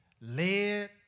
led